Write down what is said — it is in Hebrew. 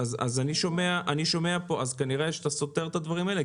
כנראה אתה סותר את הדברים האלה,